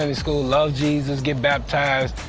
i mean school, loved jesus, got baptized.